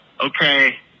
Okay